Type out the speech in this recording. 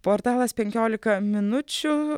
portalas penkiolika minučių